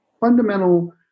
fundamental